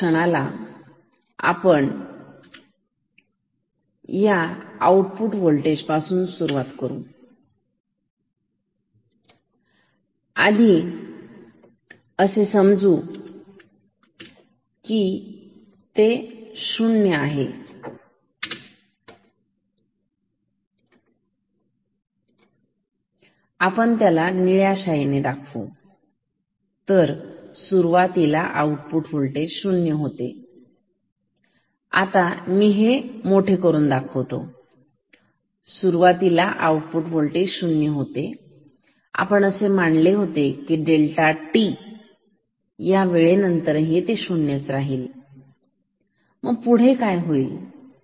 या क्षणाला आपण या Vo पासून सुरुवात करू आधी असे समजू किती शुन्य आहे आपण त्याला निळ्या शाईने दाखवू तर आधी V0 हे 0 होते तर आता मोठे करून दाखवतो तर सुरुवातीला Vo होते शून्य आपण असे मानले की डेल्टा t वेळे नंतरही ते 0 राहणार आहे मग काय होईल